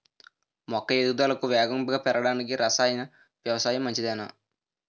మొక్క ఎదుగుదలకు వేగంగా పెరగడానికి, రసాయన వ్యవసాయం మంచిదేనా?